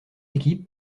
équipes